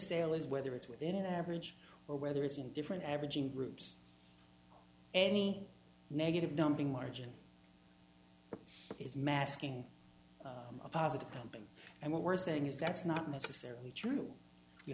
sale is whether it's within an average or whether it's in different averaging groups any negative dumping margin is masking a positive campaign and what we're saying is that's not necessarily true you